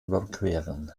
überqueren